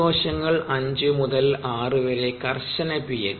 സസ്യകോശങ്ങൾ 5 മുതൽ 6 വരെ കർശന പി